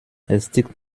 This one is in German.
erstickt